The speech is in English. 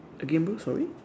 again bro sorry